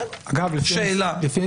דרך אגב, מבחינת